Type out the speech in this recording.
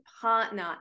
partner